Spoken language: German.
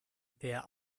wer